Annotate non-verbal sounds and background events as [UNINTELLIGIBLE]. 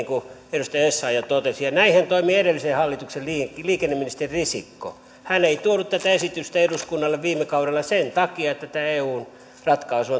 [UNINTELLIGIBLE] kuin edustaja essayah totesi ja näinhän toimi edellisen hallituksen liikenneministeri risikko hän ei tuonut tätä esitystä eduskunnalle viime kaudella sen takia että tämä eun ratkaisu [UNINTELLIGIBLE]